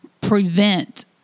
prevent